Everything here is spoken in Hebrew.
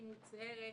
והיא מוצהרת,